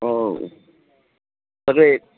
हो सगळे